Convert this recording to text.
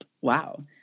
Wow